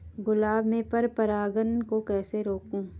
गुलाब में पर परागन को कैसे रोकुं?